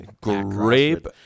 grape